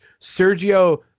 sergio